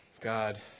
God